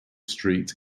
street